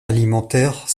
alimentaire